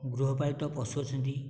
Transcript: ଗୃହପାଳିତ ପଶୁ ଅଛନ୍ତି